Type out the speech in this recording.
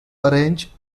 arrange